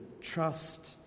trust